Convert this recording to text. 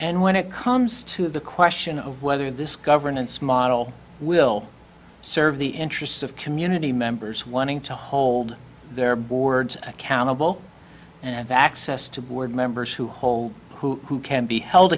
and when it comes to the question of whether this governance model will serve the interests of community members wanting to hold their boards accountable and have access to board members who hold who can be held